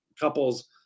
couples